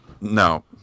no